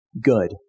good